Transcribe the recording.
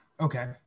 Okay